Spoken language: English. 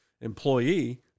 employee